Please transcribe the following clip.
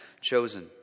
chosen